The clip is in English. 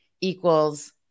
equals